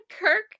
Kirk